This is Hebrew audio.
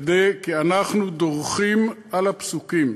כי אנחנו דורכים על הפסוקים".